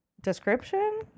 description